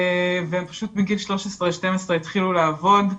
והם פשוט מגיל 13-12 התחילו לעבוד,